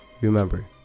Remember